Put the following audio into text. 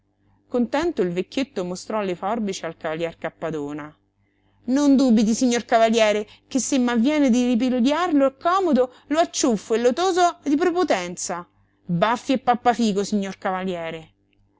contento il vecchietto mostrò le forbici al cavalier cappadona non dubiti signor cavaliere che se m'avviene di ripigliarlo a comodo lo acciuffo e lo toso di prepotenza baffi e pappafico signor cavaliere